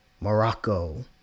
Morocco